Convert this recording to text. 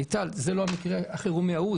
טל, זה לא המקרה החירומי הזה.